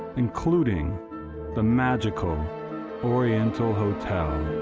including the magical oriental hotel.